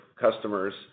customers